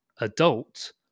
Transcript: adult